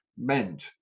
meant